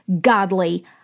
godly